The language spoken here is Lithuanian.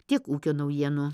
tiek ūkio naujienų